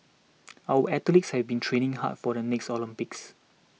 our athletes have been training hard for the next Olympics